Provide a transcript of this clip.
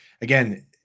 again